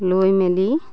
লৈ মেলি